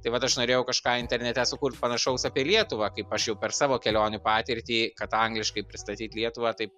tai vat aš norėjau kažką internete sukurt panašaus apie lietuvą kaip aš jau per savo kelionių patirtį kad angliškai pristatyt lietuvą taip